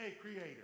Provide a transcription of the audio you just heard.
creator